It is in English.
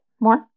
more